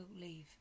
leave